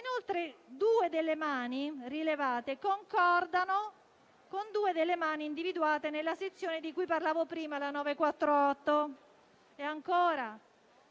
Inoltre, due delle mani rilevate concordano con due delle mani individuate nella sezione 948, di cui parlavo prima. Ancora,